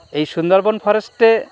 এই সুন্দরবন ফরেস্টে